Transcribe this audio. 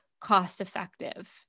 cost-effective